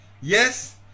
yes